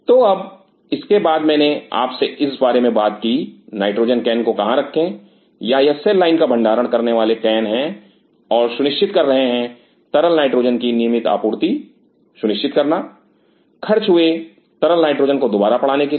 तो अब इसके बाद मैंने आपसे इस बारे में बात की नाइट्रोजन कैन को कहां रखें या यह सेल लाइन का भंडारण करने वाले कैन है और सुनिश्चित कर रहे हैं तरल नाइट्रोजन की नियमित आपूर्ति सुनिश्चित करना खर्च हुए तरल नाइट्रोजन को दोबारा पढ़ाने के लिए